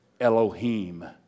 Elohim